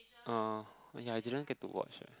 oh yeah I didn't get to watch eh